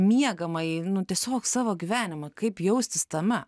miegamąjį tiesiog savo gyvenimą kaip jaustis tame